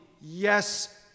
Yes